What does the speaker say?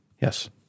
yes